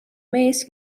mees